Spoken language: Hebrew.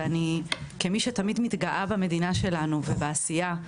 ואני כמי שתמיד מתגאה במדינה שלנו ובעשייה,